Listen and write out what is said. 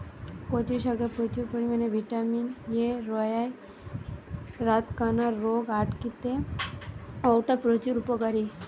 কচু শাকে প্রচুর পরিমাণে ভিটামিন এ রয়ায় রাতকানা রোগ আটকিতে অউটা প্রচুর উপকারী